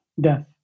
death